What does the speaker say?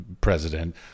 president